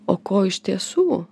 o ko iš tiesų